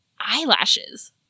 eyelashes